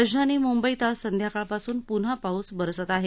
राजधानी म्ंबईत आज संध्याकाळपासून प्न्हा पाऊस बरसत आहे